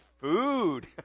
Food